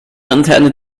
interne